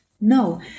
No